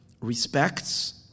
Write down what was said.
respects